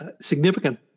significant